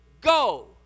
go